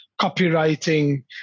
copywriting